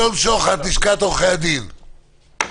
כמעט אין דיונים בבית משפט.